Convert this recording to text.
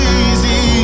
easy